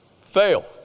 Fail